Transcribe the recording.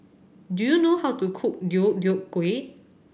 do you know how to cook Deodeok Gui